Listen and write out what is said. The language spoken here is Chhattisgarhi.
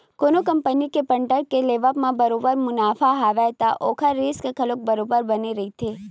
कोनो कंपनी के बांड के लेवब म बरोबर मुनाफा हवय त ओखर रिस्क घलो बरोबर बने रहिथे